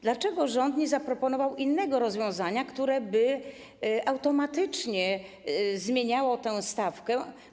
Dlaczego rząd nie zaproponował innego rozwiązania, które by automatycznie zmieniało tę stawkę?